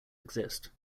exist